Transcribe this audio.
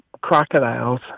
crocodiles